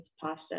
pasta